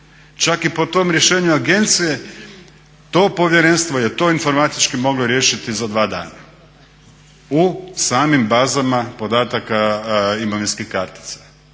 Čak i po tom rješenju agencije to povjerenstvo je to informatički moglo riješiti za dva dana u samim bazama podataka imovinskih kartica.